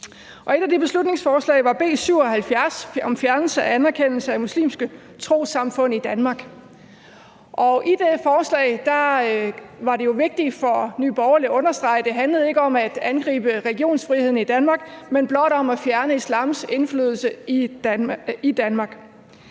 Et af de beslutningsforslag var B 77 om fjernelse af anerkendelse af muslimske trossamfund i Danmark, og i det forslag var det jo vigtigt for Nye Borgerlige at understrege, at det ikke handlede om at angribe religionsfriheden i Danmark, men blot om at fjerne islams indflydelse i Danmark.